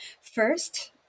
First